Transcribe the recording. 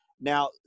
Now